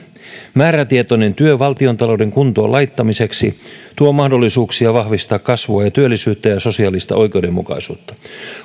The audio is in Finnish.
määrätietoinen työ valtiontalouden kuntoon laittamiseksi tuo mahdollisuuksia vahvistaa kasvua ja työllisyyttä ja sosiaalista oikeudenmukaisuutta